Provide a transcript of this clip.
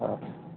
हो